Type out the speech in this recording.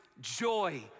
joy